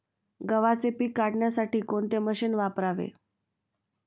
गव्हाचे पीक काढण्यासाठी कोणते मशीन वापरावे?